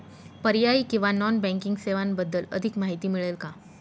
पर्यायी किंवा non banking सेवांबद्दल अधिक माहिती मिळेल का?